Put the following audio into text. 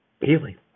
healing